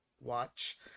watch